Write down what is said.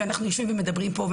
ואנחנו יושבים ומדברים פה,